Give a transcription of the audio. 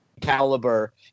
caliber